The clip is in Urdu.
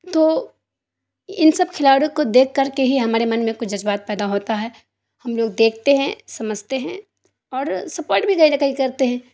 تو ان سب کھلاڑیوں کو دیکھ کر کے ہی ہمارے من میں کچھ جذبات پیدا ہوتا ہے ہم لوگ دیکھتے ہیں سمجھتے ہیں اور سپورٹ بھی کہیں نہ کہیں کرتے ہیں